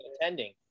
attending